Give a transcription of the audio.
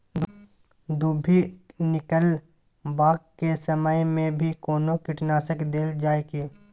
दुभी निकलबाक के समय मे भी कोनो कीटनाशक देल जाय की?